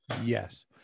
Yes